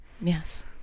Yes